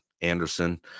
Anderson